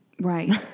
Right